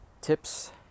tips